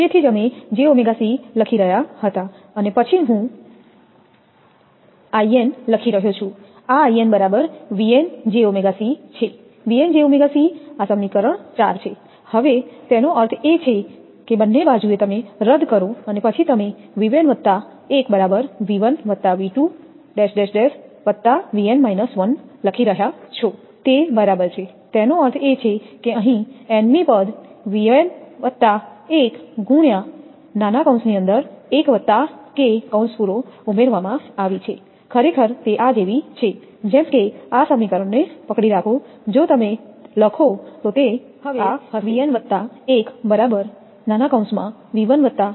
તેથી જ અમે 𝑗𝜔𝑘𝑐 લખી રહ્યા હતા અને પછી હું 𝐼𝑛 લખી રહ્યો છું આ 𝐼𝑛 બરાબર 𝑉𝑛𝑗𝜔𝑐 છે 𝑉𝑛𝑗𝜔𝑐 આ સમીકરણ 4 છે હવે તેનો અર્થ એ કે બંને બાજુએ રદ કરો પછી તમે 𝑉𝑛1 બરાબર 𝑉1𝑉2⋯𝑉𝑛−1 લખી રહ્યાં છો તે બરાબર છે તેનો અર્થ એ છે કે અહીં nમી પદ 𝑉𝑛1×1𝑘 ઉમેરવામાં આવી છે ખરેખર તે આ જેવી છે જેમ કે આ સમીકરણને પકડી રાખો જો તમે લખો તે તમારું હશે